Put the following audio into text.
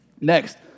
Next